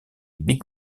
big